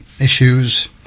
issues